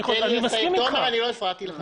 אני לא הפרעתי לך.